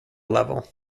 level